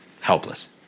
helpless